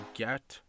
get